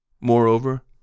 Moreover